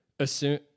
Assume